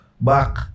back